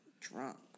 drunk